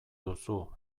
duzu